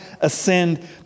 ascend